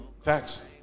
Facts